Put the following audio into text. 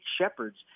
shepherds